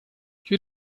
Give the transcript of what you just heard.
you